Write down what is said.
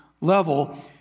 level